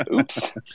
Oops